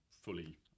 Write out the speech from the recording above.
fully